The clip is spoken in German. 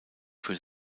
für